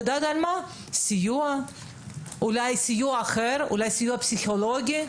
אולי סיוע אחר, אולי סיוע פסיכולוגי,